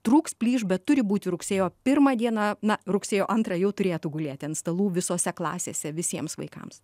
trūks plyš bet turi būti rugsėjo pirmą dieną na rugsėjo antrą jau turėtų gulėti ant stalų visose klasėse visiems vaikams